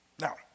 Now